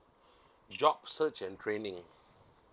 job search and training